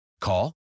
Call